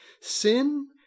Sin